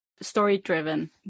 story-driven